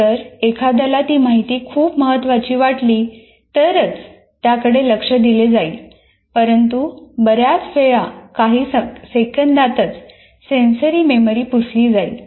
जर एखाद्याला ती माहिती खूप महत्त्वाची वाटली तरच त्याकडे लक्ष दिले जाईल परंतु बऱ्याच वेळा काही सेकंदातच सेंसरी मेमरी पुसली जाईल